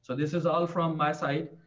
so this is all from my side.